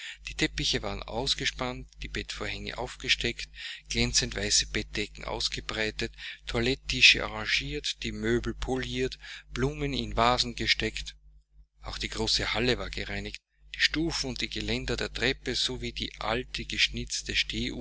die teppiche waren ausgespannt die bettvorhänge aufgesteckt glänzend weiße bettdecken ausgebreitet toilette tische arrangiert die möbeln poliert blumen in vasen gesteckt auch die große halle war gereinigt die stufen und geländer der treppe so wie die alte geschnitzte